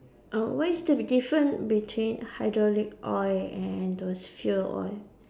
err what is the difference between hydraulic oil and those fuel oil